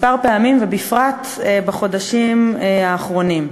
כמה פעמים, ובפרט בחודשים האחרונים,